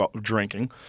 drinking